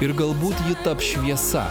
ir galbūt ji taps šviesa